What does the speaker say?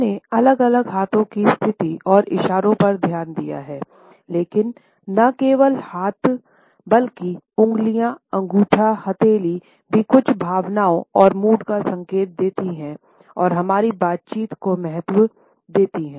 हम ने अलग अलग हाथों की स्थिति और इशारों पर ध्यान दिया है लेकिन न केवल हाथ है बल्कि उंगलिया अंगूठा हथेली भी कुछ भावनाओं और मूड का संकेत देती है और हमारी बातचीत को महत्व देती है